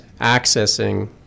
accessing